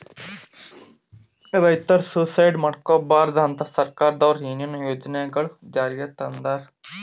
ರೈತರ್ ಸುಯಿಸೈಡ್ ಮಾಡ್ಕೋಬಾರ್ದ್ ಅಂತಾ ಸರ್ಕಾರದವ್ರು ಏನೇನೋ ಯೋಜನೆಗೊಳ್ ಜಾರಿಗೆ ತಂದಾರ್